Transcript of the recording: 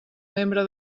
membre